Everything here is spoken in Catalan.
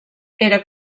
era